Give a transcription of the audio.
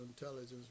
intelligence